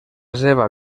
seva